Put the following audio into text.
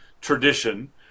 tradition